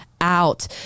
out